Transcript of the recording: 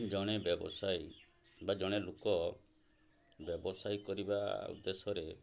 ଜଣେ ବ୍ୟବସାୟୀ ବା ଜଣେ ଲୋକ ବ୍ୟବସାୟ କରିବା ଉଦ୍ଦେଶ୍ୟରେ